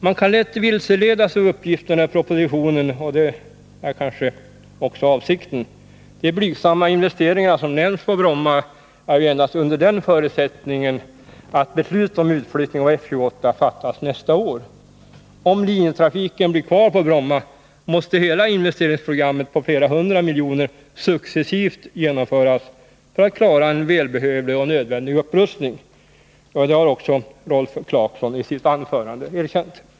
Man kan lätt vilseledas av uppgifterna i propositionen, och det är också kanske avsikten. De blygsamma investeringar på Bromma som nämnts blir tillräckliga endast under den förutsättningen att beslut om utflyttning av F 28 fattas nästa år. Om linjetrafiken blir kvar på Bromma måste hela investeringsprogrammet på flera hundra miljoner successivt genomföras för att man skall kunna klara en välbehövlig och nödvändig upprustning. Det har också Rolf Clarkson erkänt i sitt anförande.